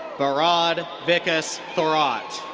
vardad vikas thorat.